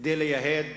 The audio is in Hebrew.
כדי לייהד